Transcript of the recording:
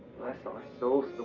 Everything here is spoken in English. bless our souls